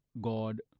God